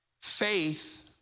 faith